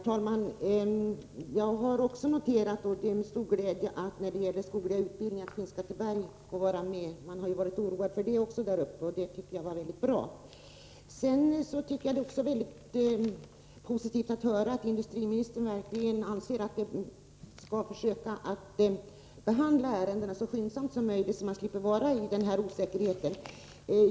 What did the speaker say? Herr talman! Också jag har, med stor glädje, noterat att Skinnskatteberg får vara med vid utökningen av den skogliga utbildningen — vilket är mycket bra. Man har i kommunen varit oroad för att så inte skulle bli fallet. Det är också mycket positivt att höra att industriministern verkligen anser att myndigheterna och regeringen skall försöka behandla ärendena så skyndsamt som möjligt, så att människorna slipper leva i osäkerhet.